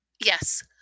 Yes